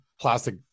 plastic